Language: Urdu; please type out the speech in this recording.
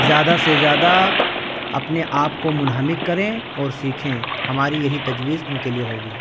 زیادہ سے زیادہ اپنے آپ کو منہمک کریں اور سیکھیں ہماری یہی تجویز ان کے لیے ہوگی